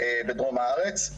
בדרום הארץ.